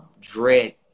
dread